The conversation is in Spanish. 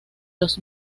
los